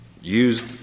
use